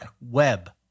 web